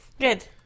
Good